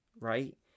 right